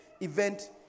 event